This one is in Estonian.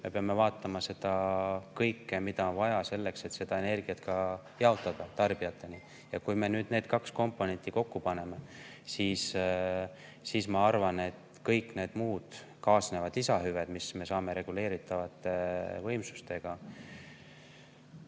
me peame vaatama seda kõike, mida on vaja selleks, et seda energiat ka tarbijateni jaotada. Kui me nüüd need kaks komponenti kokku paneme, siis ma arvan, et kõik muud kaasnevad lisahüved, mis me saame reguleeritavate võimsustega,